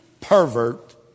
pervert